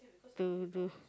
to to